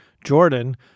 Jordan